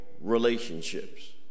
relationships